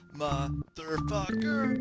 motherfucker